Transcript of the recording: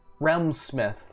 Realmsmith